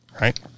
right